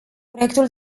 proiectul